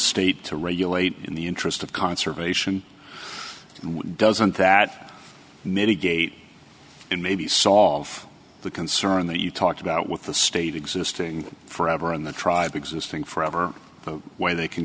state to regulate in the interest of conservation and what doesn't that mitigate and maybe solve the concern that you talk about with the state existing forever in the tribe existing forever where they can